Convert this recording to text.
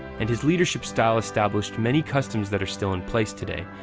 and his leadership style established many customs that are still in place today,